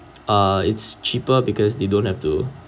uh it's cheaper because they don't have to